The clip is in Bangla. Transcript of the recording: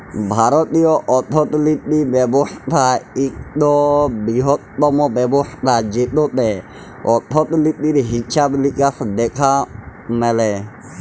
ভারতীয় অথ্থলিতি ব্যবস্থা ইকট বিরহত্তম ব্যবস্থা যেটতে অথ্থলিতির হিছাব লিকাস দ্যাখা ম্যালে